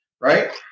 right